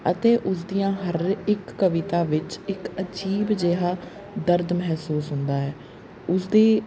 ਅਤੇ ਉਸਦੀ ਹਰ ਇੱਕ ਕਵਿਤਾ ਵਿੱਚ ਇੱਕ ਅਜੀਬ ਜਿਹਾ ਦਰਦ ਮਹਿਸੂਸ ਹੁੰਦਾ ਹੈ ਉਸਦੀ